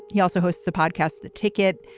he also hosts the podcast, the ticket.